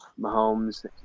Mahomes